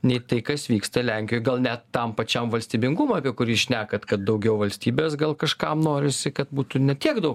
nei tai kas vyksta lenkijoj gal net tam pačiam valstybingumui apie kurį šnekat kad daugiau valstybės gal kažkam norisi kad būtų ne tiek daug